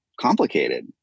complicated